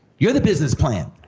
you're the business plan!